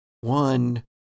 one